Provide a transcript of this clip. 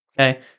okay